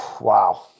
Wow